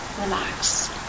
relax